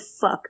fuck